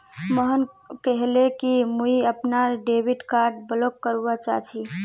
मोहन कहले कि मुई अपनार डेबिट कार्ड ब्लॉक करवा चाह छि